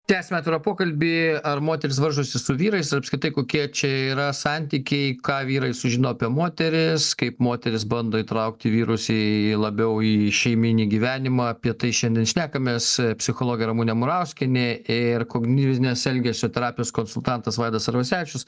tęsiame pokalbį ar moterys varžosi su vyrais apskritai kokie čia yra santykiai ką vyrai sužino apie moteris kaip moterys bando įtraukti vyrus į labiau į šeimyninį gyvenimą apie tai šiandien šnekamės psichologė ramunė murauskienė ir kognityvinės elgesio terapijos konsultantas vaidas arvasevičius